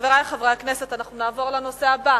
חברי חברי הכנסת, אנחנו נעבור לנושא הבא